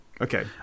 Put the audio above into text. okay